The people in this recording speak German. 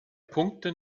punkte